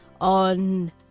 on